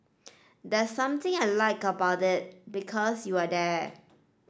there's something I like about it because you're there